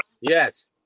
Yes